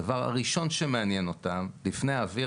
הדבר הראשון שמעניין אותן לפני האוויר